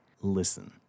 listen